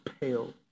pale